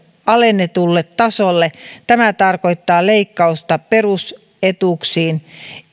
alennetulle tasolle tämä tarkoittaa leikkausta perusetuuksiin